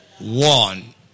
One